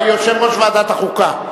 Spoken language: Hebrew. יושב-ראש ועדת החוקה,